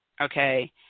okay